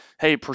Hey